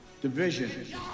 division